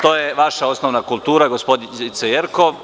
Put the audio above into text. To je vaša osnovna kultura, gospođice Jerkov.